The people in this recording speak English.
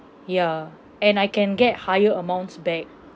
ya and I can get higher amounts back